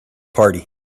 party